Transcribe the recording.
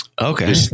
Okay